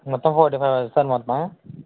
మొత్తం forty five అవుతుందా sir మొత్తం